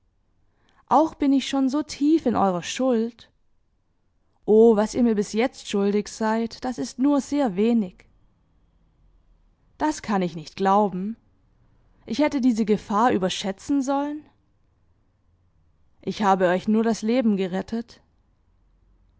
auch bin ich schon so tief in eurer schuld o was ihr mir bis jetzt schuldig seid das ist nur sehr wenig das kann ich nicht glauben ich hätte diese gefahr überschätzen sollen ich habe euch nur das leben gerettet